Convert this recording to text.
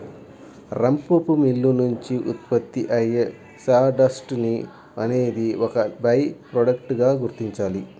రంపపు మిల్లు నుంచి ఉత్పత్తి అయ్యే సాడస్ట్ ని అనేది ఒక బై ప్రొడక్ట్ గా గుర్తించాలి